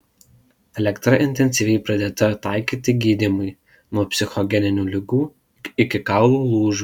elektra intensyviai pradėta taikyti gydymui nuo psichogeninių ligų iki kaulų lūžių